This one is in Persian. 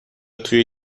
توی